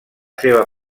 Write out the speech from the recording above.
seva